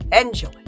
Enjoy